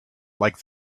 like